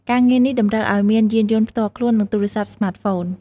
ការងារនេះតម្រូវឱ្យមានយានយន្តផ្ទាល់ខ្លួន និងទូរស័ព្ទស្មាតហ្វូន។